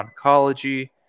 Oncology